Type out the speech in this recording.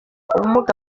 ubumuga